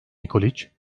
nikoliç